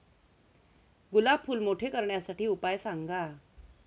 गुलाब फूल मोठे करण्यासाठी उपाय सांगा?